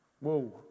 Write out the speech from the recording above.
Whoa